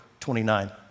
29